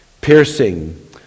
piercing